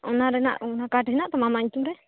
ᱚᱱᱟ ᱨᱮᱱᱟᱜ ᱚᱱᱟ ᱠᱟᱨᱰ ᱦᱮᱱᱟᱜ ᱛᱟᱢᱟ ᱟᱢᱟᱜ ᱧᱩᱛᱩᱢ ᱨᱮ